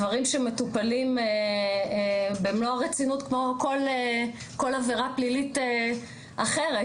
דברים שמטופלים במלוא הרצינות כמו כל עבירה פלילית אחרת.